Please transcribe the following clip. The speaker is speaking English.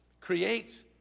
creates